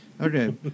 Okay